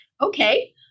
Okay